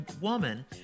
woman